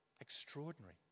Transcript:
Extraordinary